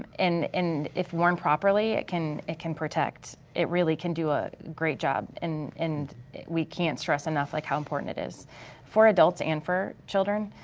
um and and if worn properly, it can it can protect, it really can do a great job and and we can't stress enough like how important it is for adults and for children.